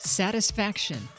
satisfaction